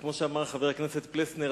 כמו שאמר חבר הכנסת פלסנר,